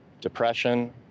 depression